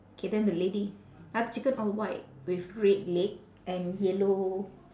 K then the lady !huh! the chicken all white with red leg and yellow